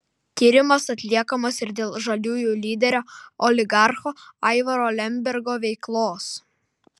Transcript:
tyrimas atliekamas ir dėl žaliųjų lyderio oligarcho aivaro lembergo veiklos